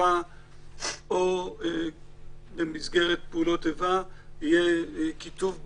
במערכה או במסגרת פעולות איבה, יהיה כיתוב ברור.